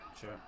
Sure